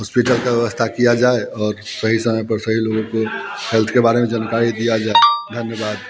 hospital की व्यवस्था किया जाए और सही समय पर सही लोगों को हेल्थ के बारे में जानकारी दिया जाए धन्यवाद